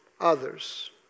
others